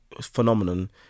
phenomenon